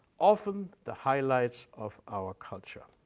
often the highlights of our culture.